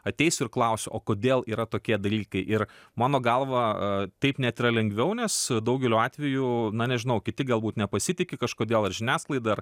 ateisiu ir klausiu o kodėl yra tokie dalykai ir mano galva taip net yra lengviau nes daugeliu atvejų na nežinau kiti galbūt nepasitiki kažkodėl ar žiniasklaida